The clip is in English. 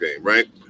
right